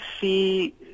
see